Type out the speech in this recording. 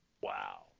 Wow